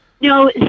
No